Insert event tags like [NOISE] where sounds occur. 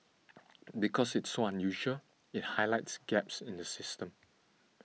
[NOISE] because it's so unusual it highlights gaps in the system